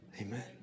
Amen